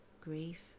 grief